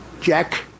Jack